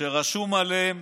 שרשום עליהם: